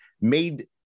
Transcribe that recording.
made